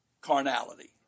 carnality